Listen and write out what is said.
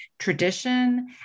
tradition